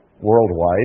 worldwide